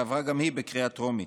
גם היא בקריאה טרומית.